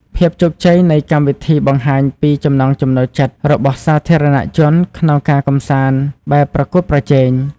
ភាពជោគជ័យនៃកម្មវិធីបង្ហាញពី ចំណង់ចំណូលចិត្ត របស់សាធារណជនក្នុងការកម្សាន្តបែបប្រកួតប្រជែង។